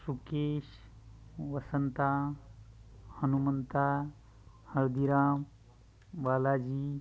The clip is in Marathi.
सुकेश वसंता हनुमंता हळदीराम बालाजी